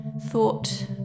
Thought